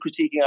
critiquing